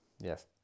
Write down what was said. yes